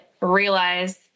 realize